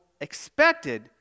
expected